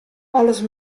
alles